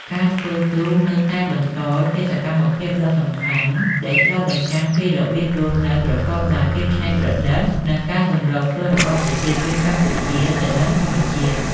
ការធ្វើទូកនៅតែបន្តជាសកម្មភាពដ៏សំខាន់ដែលឆ្លុះបញ្ចាំងពីរបៀបរស់នៅប្រកបដោយភាពច្នៃប្រឌិតនិងការសម្របខ្លួនរបស់ប្រជាជនកម្ពុជាទៅនឹងធម្មជាតិ។